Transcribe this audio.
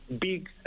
big